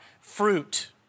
fruit